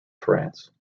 france